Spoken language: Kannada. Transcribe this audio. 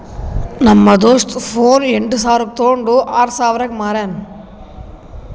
ನಮ್ದು ದೋಸ್ತ ಫೋನ್ ಎಂಟ್ ಸಾವಿರ್ಗ ತೊಂಡು ಈಗ್ ಆರ್ ಸಾವಿರ್ಗ ಮಾರ್ಯಾನ್